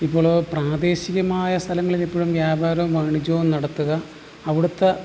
ഇപ്പോൾ പ്രാദേശികമായ സ്ഥലങ്ങളിൽ ഇപ്പോഴും വ്യാപാരവും വാണിജ്യവും നടത്തുക അവിടുത്തെ